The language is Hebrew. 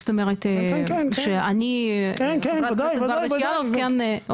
כן -- זאת אומרת שאני חברת הכנסת ברדץ' יאלוב -- כן,